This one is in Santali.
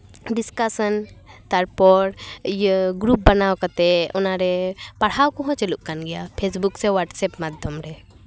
ᱰᱤᱥᱠᱟᱥᱮᱱ ᱛᱟᱨᱯᱚᱨ ᱤᱭᱟᱹ ᱜᱨᱩᱯ ᱵᱮᱱᱟᱣ ᱠᱟᱛᱮ ᱚᱱᱟᱨᱮ ᱯᱟᱲᱦᱟᱣ ᱠᱚᱦᱚᱸ ᱪᱟᱹᱞᱩᱜ ᱠᱟᱱ ᱜᱮᱭᱟ ᱯᱷᱮᱥᱵᱩᱠ ᱥᱮ ᱣᱟᱴᱥᱮᱯ ᱢᱟᱫᱽᱫᱷᱚᱢ ᱨᱮ